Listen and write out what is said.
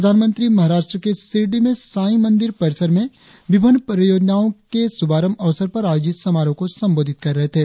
प्रधानमंत्री महाराष्ट्र के शिरडी में साई मंदिर परिसर में विभिन्न परियोजनाओं के शुभारंभ अवसर पर आयोजित समारोह को संबोधित कर रहै थे